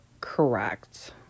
correct